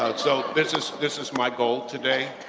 ah so, this is, this is my goal today.